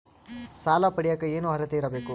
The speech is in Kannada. ಸಾಲ ಪಡಿಯಕ ಏನು ಅರ್ಹತೆ ಇರಬೇಕು?